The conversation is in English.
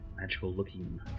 magical-looking